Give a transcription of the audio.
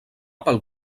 pel